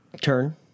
turn